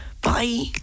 Bye